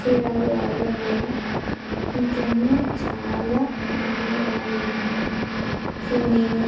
క్రీడలు ఆడడం వల్ల ఇంకెన్నో చాలా ఉపయోగాలున్నాయి సో నేను